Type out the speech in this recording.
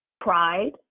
Pride